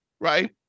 right